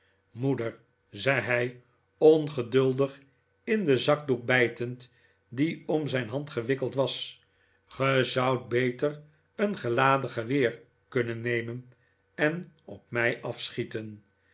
moeder zei hij ongeduldig in den zakdoek bijtend die om zijn hand gewikkeld was ge zoudt beter een geladen geweer kunnen nemen en op mij afschieten